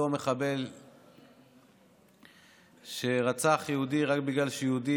אותו מחבל שרצח יהודי רק בגלל שהוא יהודי,